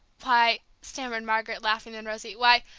why, stammered margaret, laughing and rosy, why,